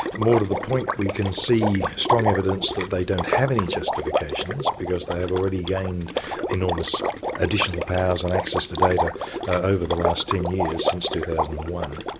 more to the point, we can see strong evidence that they don't have any justifications because they have already gained enormous additional powers and access to data over the last ten years since two thousand and one.